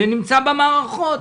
זה נמצא במערכות,